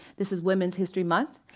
this is women's history month.